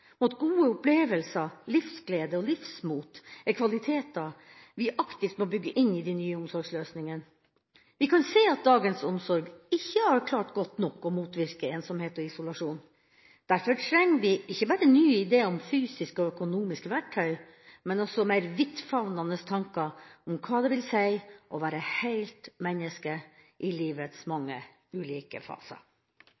at gode opplevelser, livsglede og livsmot er kvaliteter vi aktivt må bygge inn i de nye omsorgsløsningene. Vi kan se at dagens omsorg ikke har klart godt nok å motvirke ensomhet og isolasjon. Derfor trenger vi ikke bare nye ideer om fysiske og økonomiske verktøy, men også mer vidtfavnende tanker om hva det vil si å være et helt menneske i livets